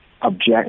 Object